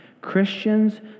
Christians